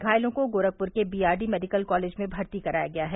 घायलों को गोरखप्र के बीआरडी मेडिकल कॉलेज में भर्ती कराया गया है